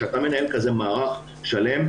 כשאתה מנהל כזה מערך שלם,